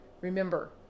Remember